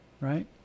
Right